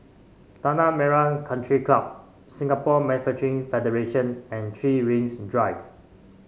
Tanah Merah Country Club Singapore Federation and Three Rings Drive